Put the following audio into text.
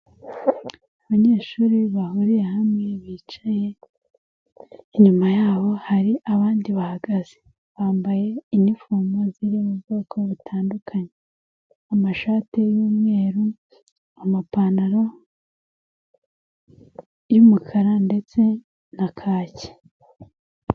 Abanyeshuri bahuriye hamwe bicaye, inyuma yabo hari abandi bahagaze. Bambaye inifumo ziri mu bwoko butandukanye: amashati y'umweru, amapantaro y'umukara ndetse na kaki.